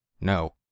No